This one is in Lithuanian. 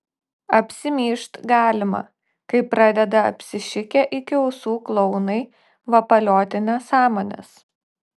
apsimyžt galima kai pradeda apsišikę iki ausų klounai vapalioti nesąmones